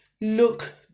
look